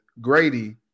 Grady